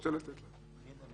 רוצה לתת להם.